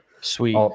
Sweet